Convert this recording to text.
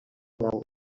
nau